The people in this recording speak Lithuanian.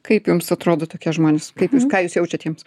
kaip jums atrodo tokie žmonės kaip jūs ką jūs jaučiat jiems